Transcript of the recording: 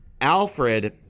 Alfred